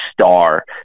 star